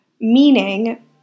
meaning